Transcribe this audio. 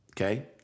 Okay